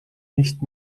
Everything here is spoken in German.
nicht